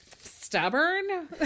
stubborn